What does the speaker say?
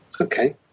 Okay